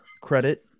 credit